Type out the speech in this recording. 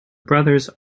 brothers